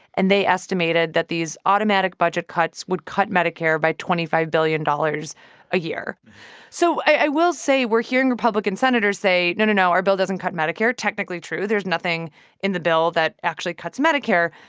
and they estimated that these automatic budget cuts would cut medicare by twenty five billion dollars a year so i will say we're hearing republican senators say, no, no, no, our bill doesn't cut medicare. technically true. there's nothing in the bill that actually cuts medicare.